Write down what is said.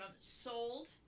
sold